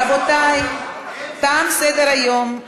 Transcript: רבותי, תם סדר-היום.